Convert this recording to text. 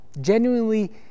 Genuinely